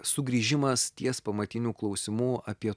sugrįžimas ties pamatinių klausimų apie